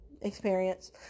experience